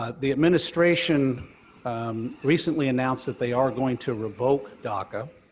ah the administration recently announced that they are going to revoke daca